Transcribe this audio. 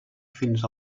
fins